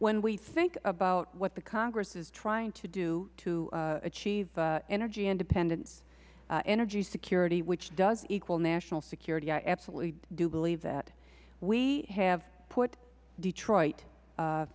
when we think about what congress is trying to do to achieve energy independenceenergy security which does equal national security i absolutely do believe that we have put detroit